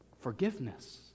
Forgiveness